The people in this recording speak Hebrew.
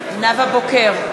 בוקר,